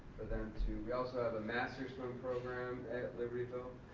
then too, we also have a master swim program at libertyville,